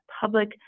public